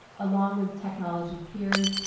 along with technology peers,